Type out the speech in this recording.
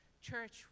Church